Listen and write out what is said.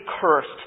cursed